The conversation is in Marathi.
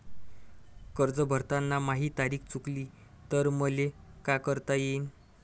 कर्ज भरताना माही तारीख चुकली तर मले का करता येईन?